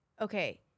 Okay